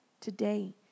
today